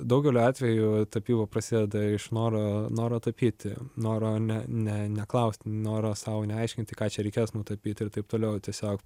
daugeliu atvejų tapyba prasideda iš noro noro tapyti noro ne ne neklaust noro sau neaiškinti ką čia reikės nutapyt ir taip toliau tiesiog